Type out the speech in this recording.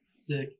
sick